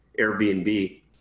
Airbnb